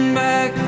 back